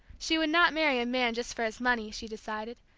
she would not marry a man just for his money, she decided,